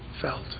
felt